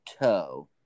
toe